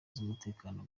z’umutekano